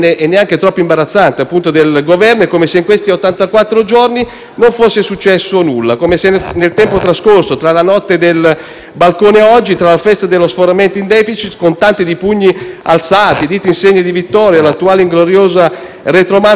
del balcone" ed oggi, tra la festa dello sforamento in *deficit*, con tanto di pugni alzati e dita in segno di vittoria e l'attuale ingloriosa retromarcia della manovra, l'economia italiana avesse aspettato alla finestra, tranquilla, senza subire un contraccolpo per i mesi